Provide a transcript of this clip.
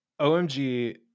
OMG